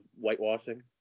whitewashing